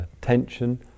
tension